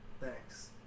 Thanks